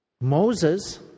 Moses